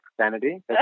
sanity